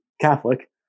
Catholic